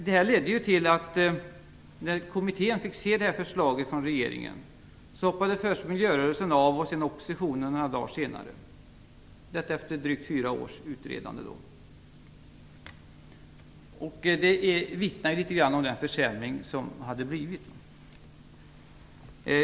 När kommittén fick se förslaget från regeringen hoppade först miljörörelsen av och sedan oppositionen några dagar senare, detta efter drygt fyra års utredande. Det vittnar litet grand om den försämring som hade genomförts.